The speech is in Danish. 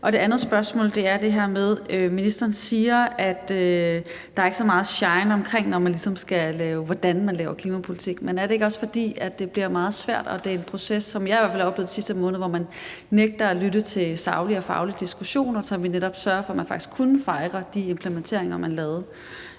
Det andet spørgsmål handler om det her med, at ministeren siger, at der ikke er så meget shine omkring, hvordan man laver klimapolitik. Men er det ikke også, fordi det bliver meget svært. Det er en proces, sådan som jeg i hvert fald har oplevet den de sidste par måneder, hvor man nægter at lytte til saglige og faglige diskussioner, så vi netop sørger for, at man faktisk kunne fejre de implementeringer, man lavede,